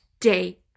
day